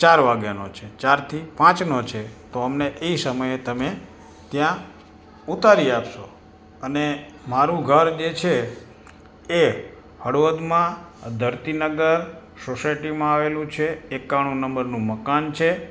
ચાર વાગ્યાનો છે ચારથી પાંચનો છે અને એ સમયે તમે ત્યાં ઉતારી આપશો અને મારું ઘર જે છે એ હળવદમાં ધરતીનગર સોસાયટીમાં આવેલું છે એકાણું નંબરનું મકાન છે